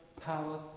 power